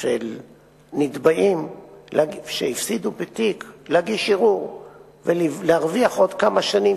של נתבעים שהפסידו בתיק להגיש ערעור ולהרוויח עוד כמה שנים,